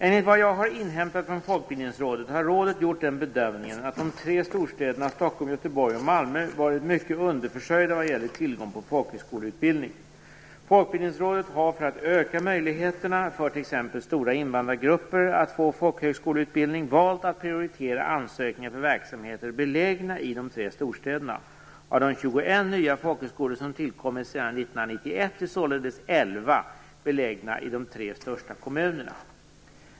Enligt vad jag har inhämtat från Folkbildningsrådet, har rådet gjort den bedömningen att de tre storstäderna Stockholm, Göteborg och Malmö varit mycket underförsörjda vad gäller tillgång till folkhögskoleutbildning. Folkbildningsrådet har för att öka möjligheterna för t.ex. stora invandrargrupper att få folkhögskoleutbildning valt att prioritera ansökningar för verksamheter belägna i de tre storstäderna. Av de 21 nya folkhögskolor som tillkommit sedan 1991 är således elva belägna i de tre största kommunerna.